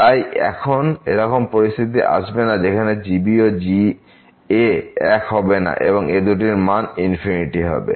তাই কখনো এরকম পরিস্থিতি আসবে না যেখানে g ও g এক হবে না এবং এই দুটির মান ইনফিনিটি হবে